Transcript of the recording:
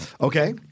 Okay